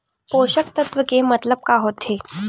पोषक तत्व के मतलब का होथे?